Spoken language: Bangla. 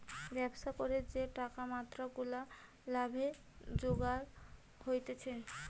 ব্যবসা করে যে টাকার মাত্রা গুলা লাভে জুগার হতিছে